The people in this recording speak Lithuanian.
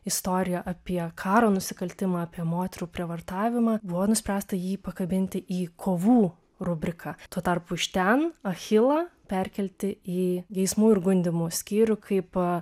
istorija apie karo nusikaltimą apie moterų prievartavimą buvo nuspręsta jį pakabinti į kovų rubriką tuo tarpu iš ten achilą perkelti į geismų ir gundymų skyrių kaip